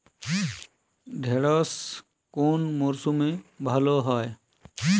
ঢেঁড়শ কোন মরশুমে ভালো হয়?